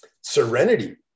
serenity